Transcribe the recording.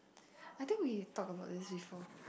I think we talk about this before